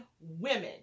women